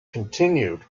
continued